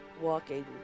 walking